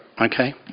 okay